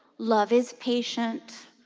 love is patient.